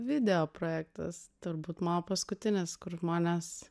video projektas turbūt mano paskutinis kur žmonės